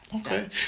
Okay